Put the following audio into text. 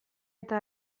eta